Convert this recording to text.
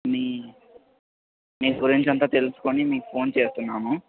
మీ మీ గురించి అంతా తెలుసుకుని మీకు ఫోన్ చేస్తున్నాము